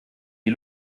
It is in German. die